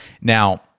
Now